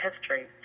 history